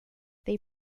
they